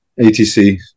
atc